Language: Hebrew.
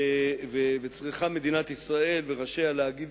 צריכה מדינת ישראל וצריכים ראשיה להגיב